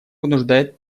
вынуждает